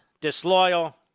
disloyal